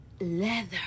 Leather